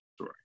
right